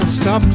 stop